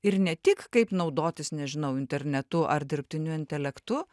ir ne tik kaip naudotis nežinau internetu ar dirbtiniu intelektu